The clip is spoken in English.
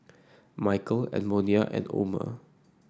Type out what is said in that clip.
Mykel Edmonia and Omer